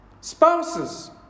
spouses